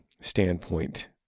standpoint